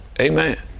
Amen